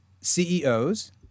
CEOs